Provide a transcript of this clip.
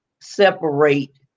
separate